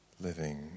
living